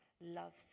loves